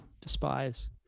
despise